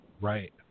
Right